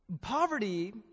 poverty